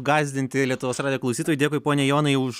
gąsdinti lietuvos radijo klausytojų dėkui pone jonai už